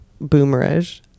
boomerish